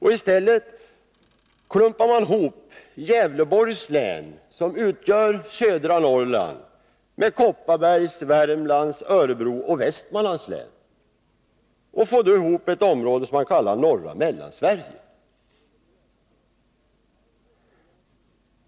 I stället klumpar man ihop Gävleborgs län, som utgör södra Norrland, med Kopparbergs, Värmlands, Örebro och Västmanlands län och får ihop ett område som man kallar norra Mellansverige.